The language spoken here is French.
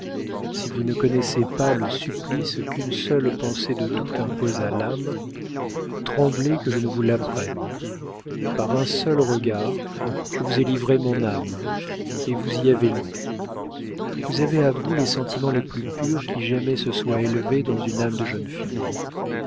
si vous ne connaissez pas le supplice qu'une seule pensée de doute impose à l'âme tremblez que je ne vous l'apprenne par un seul regard je vous ai livré mon âme et vous y avez lu vous avez à vous les sentiments les plus purs qui jamais se soient élevés dans une âme de jeune fille